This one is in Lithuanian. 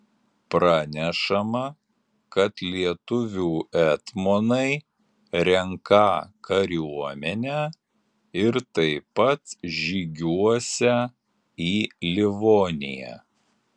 pranešama kad lietuvių etmonai renką kariuomenę ir taip pat žygiuosią į livoniją